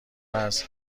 است